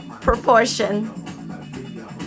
proportion